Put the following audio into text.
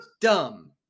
dumb